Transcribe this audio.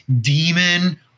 Demon